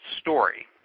story